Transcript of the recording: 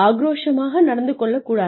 ஆக்ரோஷமாக நடந்து கொள்ளக் கூடாது